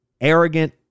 arrogant